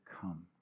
come